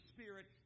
Spirit